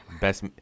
best